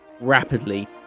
rapidly